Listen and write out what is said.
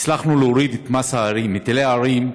הצלחנו להוריד את מס הערים, היטלי הערים,